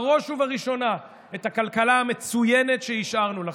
בראש ובראשונה את הכלכלה המצוינת שהשארנו לכם.